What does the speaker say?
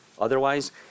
Otherwise